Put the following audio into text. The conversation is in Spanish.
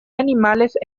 animales